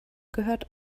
gehört